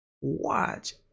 Watch